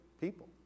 people